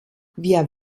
wir